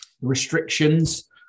restrictions